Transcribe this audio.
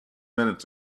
minutes